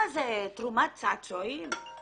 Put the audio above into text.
זאת תרומת צעצועים?